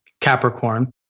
Capricorn